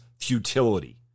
futility